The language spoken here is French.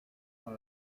dans